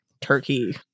turkey